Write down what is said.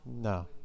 No